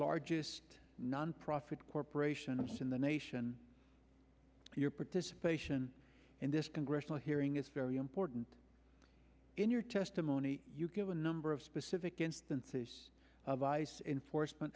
largest nonprofit corporation of us in the nation your participation in this congressional hearing is very important in your testimony you give a number of specific instances of ice enforcement